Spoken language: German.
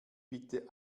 bitte